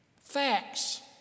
facts